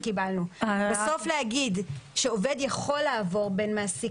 בסוף להגיד שעובד יכול לעבור בין מעסיק